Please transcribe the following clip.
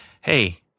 hey